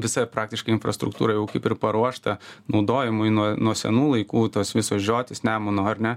visa praktiškai infrastruktūra jau kaip ir paruošta naudojimui nuo nuo senų laikų tos visos žiotys nemuno ar ne